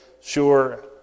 sure